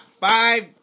five